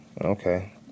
Okay